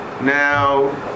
Now